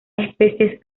especies